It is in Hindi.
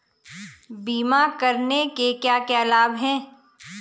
बीमा करने के क्या क्या लाभ हैं?